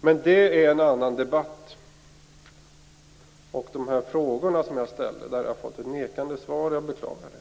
Men det är en annan debatt. På de frågor jag ställde har jag fått nekande svar. Jag beklagar det.